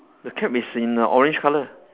the cap is in orange color